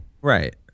Right